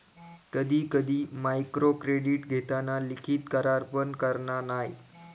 कधी कधी मायक्रोक्रेडीट घेताना लिखित करार पण करना नाय